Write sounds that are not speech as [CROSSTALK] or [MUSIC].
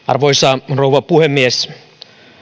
[UNINTELLIGIBLE] arvoisa rouva puhemies